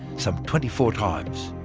some twenty four times.